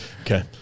okay